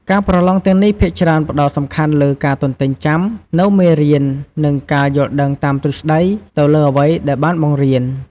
ការប្រឡងទាំងនេះភាគច្រើនផ្តោតសំខាន់លើ ការទន្ទេញចាំ នូវមេរៀន និង ការយល់ដឹងតាមទ្រឹស្តី ទៅលើអ្វីដែលបានបង្រៀន។